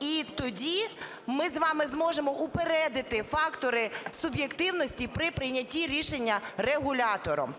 І тоді ми з вами зможемо упередити фактори суб'єктивності при прийнятті рішення регулятором.